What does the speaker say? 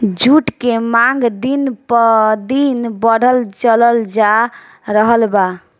जुट के मांग दिन प दिन बढ़ल चलल जा रहल बा